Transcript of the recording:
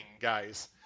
guys